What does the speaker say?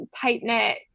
tight-knit